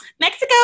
Mexico